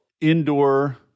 indoor